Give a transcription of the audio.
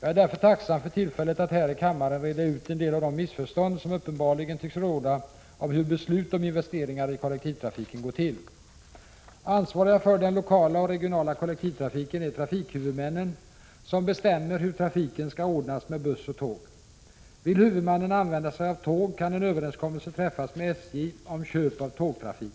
Jag är därför tacksam för tillfället att här i kammaren reda ut en del av de missförstånd som uppenbarligen tycks råda om hur beslut om investeringar i kollektivtrafiken går till. Ansvariga för den lokala och regionala kollektivtrafiken är trafikhuvudmännen, som bestämmer hur trafiken skall ordnas med buss och tåg. Vill huvudmannen använda sig av tåg kan en överenskommelse träffas med SJ om köp av tågtrafik.